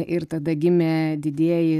ir tada gimė didieji